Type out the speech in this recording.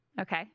Okay